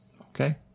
Okay